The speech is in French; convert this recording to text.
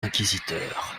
inquisiteur